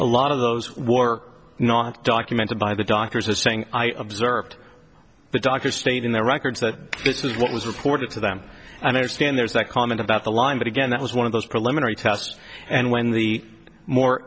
a lot of those were not documented by the doctors as saying i observed the doctor state in their records that this is what was reported to them and i understand there's a comment about the line but again that was one of those preliminary tests and when the more